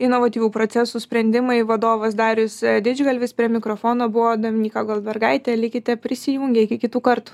inovatyvių procesų sprendimai vadovas darius didžgalvis prie mikrofono buvo dominyka goldbergaitė likite prisijungę iki kitų kartų